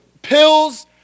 Pills